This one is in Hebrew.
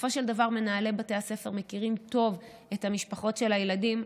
בסופו של דבר מנהלי בתי הספר מכירים טוב את המשפחות של הילדים.